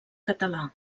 català